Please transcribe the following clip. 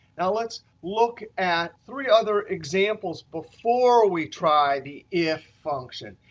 now, let's look at three other examples before we try the if function.